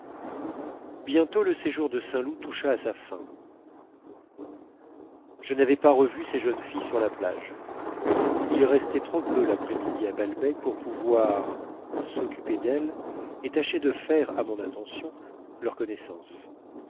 bientôt le séjour de saint loup toucha à sa fin je n'avais pas revu ces jeunes filles sur la plage il restait trop peu de l'après-midi à balbec pour pouvoir s'occuper d'elles et tâcher de faire à mon intention leur connaissance